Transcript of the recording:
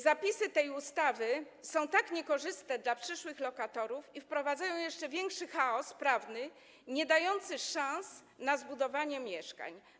Zapisy tej ustawy są niekorzystne dla przyszłych lokatorów i wprowadzają jeszcze większy chaos prawny, niedający szans na zbudowanie mieszkań.